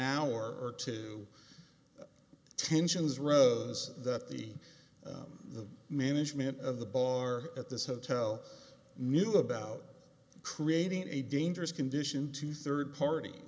hour or two tensions rose that the management of the bar at this hotel knew about creating a dangerous condition to third part